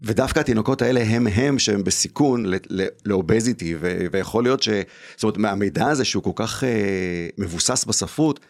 ודווקא התינוקות האלה הם הם שהם בסיכון לאובזיטי ויכול להיות שהמידע הזה שהוא כל כך מבוסס בספרות.